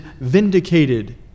vindicated